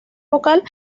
vocal